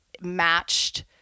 matched